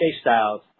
Styles